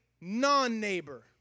non-neighbor